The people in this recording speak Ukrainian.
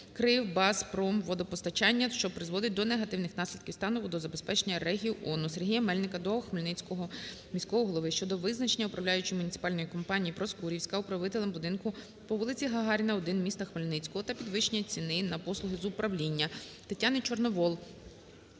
"Кривбаспромводопостачання", що призводить до негативних наслідків стану водозабезпечення регіону. Сергія Мельника до Хмельницького міського голови щодо визначення Управляючої муніципальної компанії "Проскурівська" управителем будинку по вулиці Гагаріна,1 міста Хмельницького та підвищення ціни на послугу з управління. ТетяниЧорновол